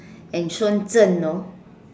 and Shenzhen you know